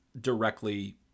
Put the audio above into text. directly